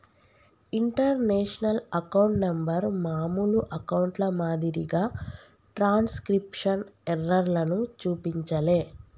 international account number మామూలు అకౌంట్ల మాదిరిగా ట్రాన్స్క్రిప్షన్ ఎర్రర్లను చూపించలే